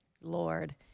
Lord